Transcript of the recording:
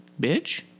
Bitch